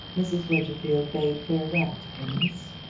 mrs. winterfield bade farewell to her niece.